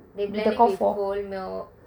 they blend it with cold milk